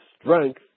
strength